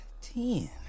Ten